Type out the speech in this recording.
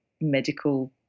medical